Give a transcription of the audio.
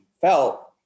felt